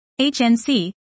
HNC